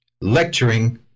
lecturing